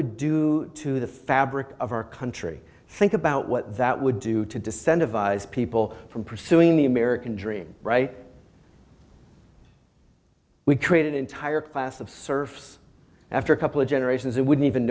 would do to the fabric of our country think about what that would do to descend advise people from pursuing the american dream right we create an entire class of serfs after a couple of generations that wouldn't even